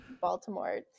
Baltimore